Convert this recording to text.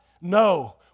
no